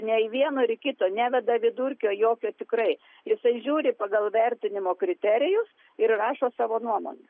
ne į vieno ir į kito neveda vidurkio jokio tikrai jisai žiūri pagal vertinimo kriterijus ir rašo savo nuomonę